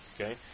okay